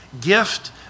Gift